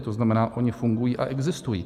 To znamená, oni fungují a existují.